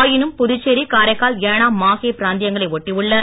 ஆயினும் புதுச்சேரி காரைக்கால் ஏனாம் மாஹே பிராந்தியங்களை ஒட்டியுள்ள